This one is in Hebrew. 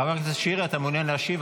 חבר הכנסת שירי, אתה מעוניין להשיב?